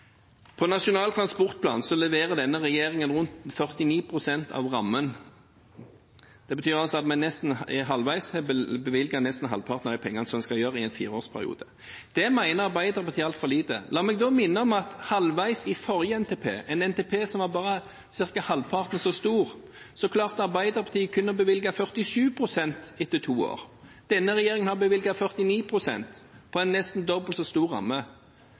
Nasjonal transportplan, leverer denne regjeringen rundt 49 pst. av rammen. Det betyr at vi nesten halvveis har bevilget nesten halvparten av de pengene som vi skal bevilge i en fireårsperiode. Det mener Arbeiderpartiet er altfor lite. La meg da minne om at halvveis i den forrige NTP-en, en NTP som bare var ca. halvparten så stor, klarte Arbeiderpartiet å bevilge kun 47 pst. etter to år. Denne regjeringen har bevilget 49 pst. på en nesten dobbelt så stor ramme.